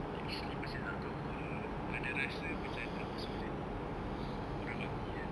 like still masih tak [tau] ah ada rasa macam nak masuk jadi orang army kan